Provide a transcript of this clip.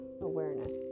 awareness